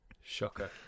shocker